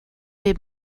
bum